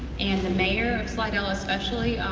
and the mayor of slidell especially,